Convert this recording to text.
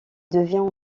devient